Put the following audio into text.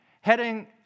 heading